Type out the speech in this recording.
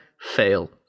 fail